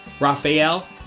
Raphael